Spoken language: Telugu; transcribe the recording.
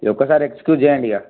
ఈ ఒక్కసారి ఎక్స్క్యూజ్ చెయ్యండి ఇగ